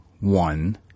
one